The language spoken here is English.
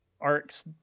arcs